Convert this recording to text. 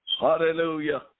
Hallelujah